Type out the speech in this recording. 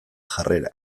jarrera